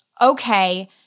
okay